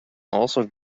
also